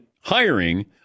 hiring